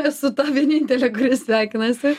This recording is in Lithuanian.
esu ta vienintelė kuri sveikinasi